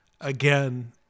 again